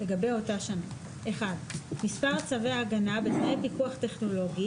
לגבי אותה שנה: מספר צווי ההגנה בתנאי פיקוח טכנולוגי